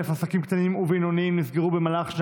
עסקים קטנים ובינוניים נסגרו במהלך 2021,